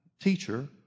teacher